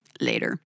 Later